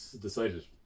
decided